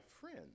friend